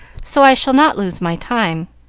so i shall not lose my time.